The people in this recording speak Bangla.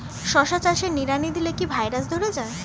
শশা চাষে নিড়ানি দিলে কি ভাইরাস ধরে যায়?